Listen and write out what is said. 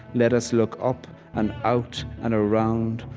let us look up and out and around.